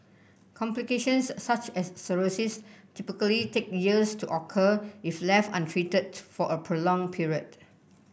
complications such as cirrhosis typically take years to occur if left untreated for a prolonged period